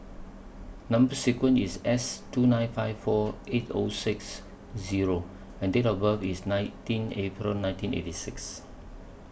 Number sequence IS S two nine five four eight O six Zero and Date of birth IS nineteen April nineteen eighty six